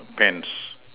pants